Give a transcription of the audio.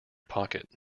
pocket